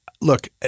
look